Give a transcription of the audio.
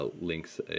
links